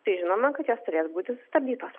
tai žinome kad jos turės būti sustabdytos